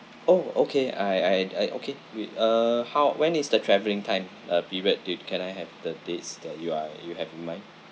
oh okay I I I okay with uh how when is the traveling time uh period date can I have the dates that you are you have in mind